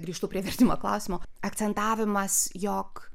grįžtu prie vertimo klausimo akcentavimas jog